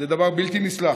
זה דבר בלתי נסלח.